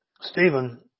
Stephen